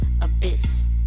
abyss